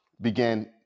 began